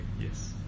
yes